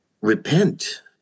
repent